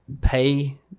pay